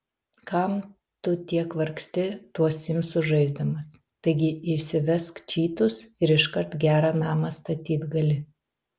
kam tu tiek vargsti tuos simsus žaisdamas taigi įsivesk čytus ir iškart gerą namą statyt gali